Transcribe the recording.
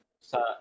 sa